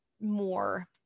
more